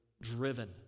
driven